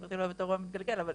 גברתי לא אוהבת אירוע מתגלגל, אבל